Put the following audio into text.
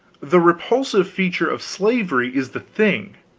the repulsive feature of slavery is the thing,